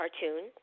cartoon